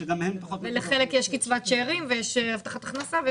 לחלק יש קצבת שאירים ויש הבטחת הכנסה.